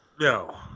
No